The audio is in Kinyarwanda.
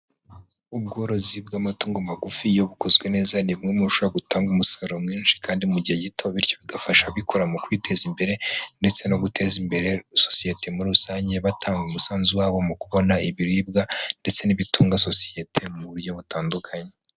Ubworozi bw'amatungo magufi iyo bukozwe neza ni bumwe bishobora gutanga umusaruro mwinshi kandi mu gihe gito, bityo bigafasha aba abikora mu kwiteza imbere ndetse no guteza imbere sosiyete muri rusange, batanga umusanzu wabo mu kubona ibiribwa ndetse n'ibitunga sosiyete mu buryo butandukanye.